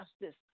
justice